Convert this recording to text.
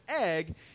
egg